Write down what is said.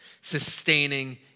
sustaining